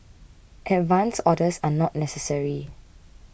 advance orders are not necessary